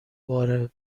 بار